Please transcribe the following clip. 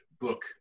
book